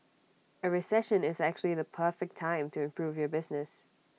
A recession is actually the perfect time to improve your business